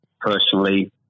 personally